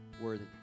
worthy